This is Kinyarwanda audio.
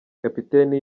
kapiteni